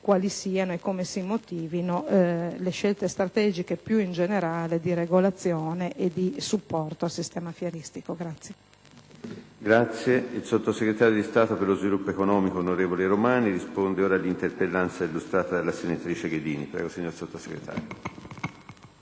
quali siano e come si motivino le scelte strategiche più in generale di regolazione e di supporto al sistema fieristico.